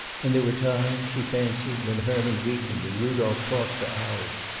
and there were times, she fancied, when herman weakened and rudolph talked for hours,